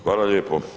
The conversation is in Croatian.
Hvala lijepo.